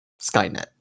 Skynet